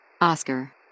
Oscar